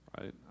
right